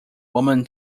woman